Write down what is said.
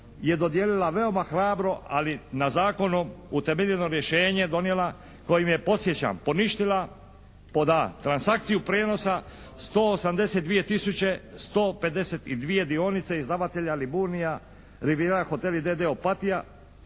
je dodijelila veoma hrabro, ali na zakonom utemeljeno rješenje donijela kojim je podsjećam poništila pod a) transakciju prijenosa 182 tisuće 152 dionice izdavatelja "Liburnija rivijera hoteli" d.d. Opatija